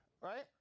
right